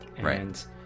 Right